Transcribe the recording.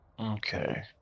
Okay